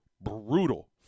brutal